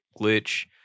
glitch